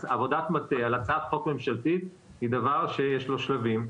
עבודת מטה על הצעת חוק ממשלתית היא דבר שיש לו שלבים,